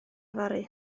fory